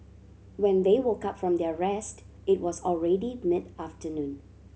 when they woke up from their rest it was already mid afternoon